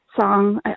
song